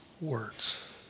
words